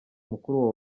mukuru